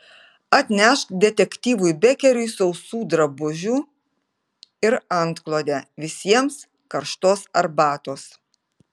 atnešk detektyvui bekeriui sausų drabužių ir antklodę visiems karštos arbatos